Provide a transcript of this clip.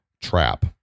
trap